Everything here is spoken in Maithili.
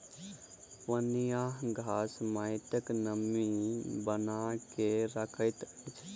पनियाह घास माइटक नमी बना के रखैत अछि